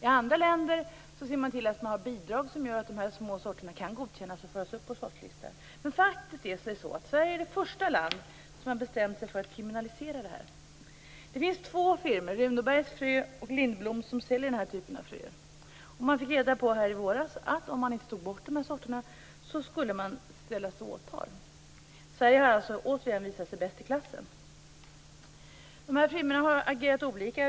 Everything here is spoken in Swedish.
I andra länder ser man till att ha bidrag som gör att de små sorterna kan godkännas och föras upp på sortlistan. Sverige är faktiskt det första land som har bestämt sig för att kriminalisera det här. Det finns två firmor, Runåbergs Frö och Lindbloms Frö, som säljer den här typen av fröer. De fick i våras reda på att de, om de inte tog bort de här sorterna, skulle åtalas. Sverige har alltså återigen visat sig bäst i klassen. De här firmorna har agerat olika.